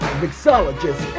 mixologist